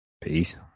Peace